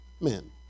Men